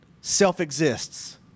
self-exists